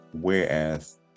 Whereas